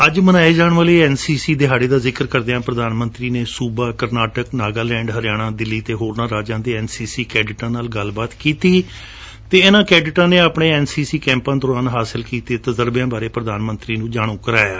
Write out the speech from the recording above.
ਅੱਜ ਮਨਾਏ ਜਾਣ ਵਾਲੇ ਐਨਸੀਸੀ ਦਿਹਾੜੇ ਦਾ ਜਿਕਰ ਕਰਦਿਆਂ ਪ੍ਰਧਾਨ ਮੰਤਰੀ ਨੇ ਸੁਬਾ ਕਰਨਾਟਕਾ ਨਾਗਾਲੈਂਡ ਹਰਿਆਣਾ ਦਿੱਲੀ ਅਤੇ ਹੋਰਨਾਂ ਰਾਜਾਂ ਦੇ ਐਨਸੀਸੀ ਕੈਡਿਟਾਂ ਨਾਲ ਗੱਲਬਾਤ ਕੀਤੀ ਅਤੇ ਇਨ੍ਹਾਂ ਕੈਡਿਟਾਂ ਨੇ ਆਪਣੇ ਐਨਸੀਸੀ ਕੈੱਪਾਂ ਦੌਰਾਨ ਹਾਸਲ ਕੀਤੇ ਤਜਰਬਿਆਂ ਬੇ ਪ੍ਰਧਾਨ ਮੰਤਰੀ ਨੂੰ ਦੱਸਿਆ